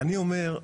אני אומר,